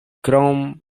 krom